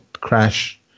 Crash